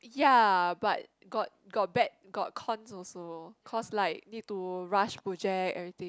ya but got got bad got coins also cause like need to rush project everything